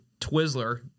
Twizzler